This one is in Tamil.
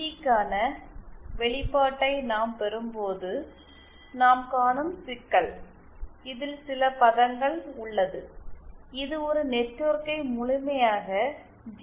டிக்கான வெளிப்பாட்டை நாம் பெறும்போது நாம் காணும் சிக்கல் யாதெனில் இதில் சில பதங்கள் உள்ளது இது ஒரு நெட்வொர்க்கை முழுமையாக ஜி